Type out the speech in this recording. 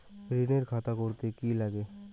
ঋণের খাতা করতে কি লাগে?